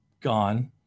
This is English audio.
gone